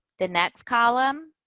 the next column,